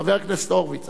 חבר הכנסת הורוביץ,